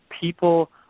people